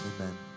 Amen